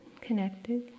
connected